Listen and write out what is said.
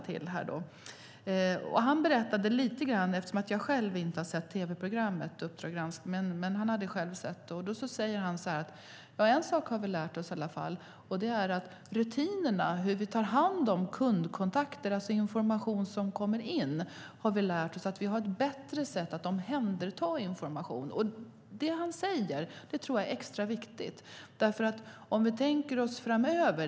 Jag har själv inte sett Uppdrag granskning , men han hade sett det, och han berättade lite grann och sade: En sak har vi lärt oss i alla fall, och det är att när det gäller rutinerna, alltså hur vi tar hand om kundkontakter och information som kommer in, har vi ett bättre sätt att omhänderta information. Det han säger tror jag är extra viktigt.